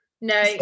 No